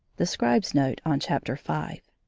the scribe's note on chapter five